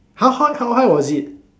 how high how high was it